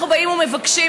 אנחנו באים ומבקשים,